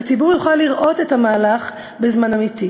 והציבור יוכל לראות את המהלך בזמן אמת.